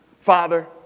Father